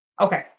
Okay